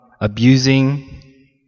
abusing